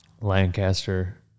Lancaster